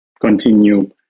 continue